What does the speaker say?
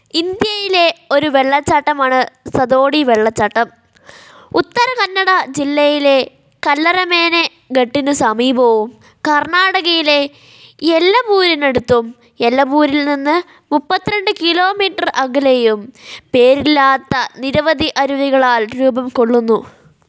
ഇന്ത്യയിലെ ഒരു വെള്ളച്ചാട്ടമാണ് സതോഡി വെള്ളച്ചാട്ടം ഉത്തര കന്നഡ ജില്ലയിലെ കല്ലറമേനെ ഘട്ടിന് സമീപവും കർണാടകയിലെ യെല്ലപൂരിനടുത്തും യെല്ലപൂരിൽ നിന്ന് മുപ്പത്രണ്ട് കിലോമീറ്റർ അകലെയും പേരില്ലാത്ത നിരവധി അരുവികളാൽ രൂപം കൊള്ളുന്നു